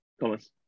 Thomas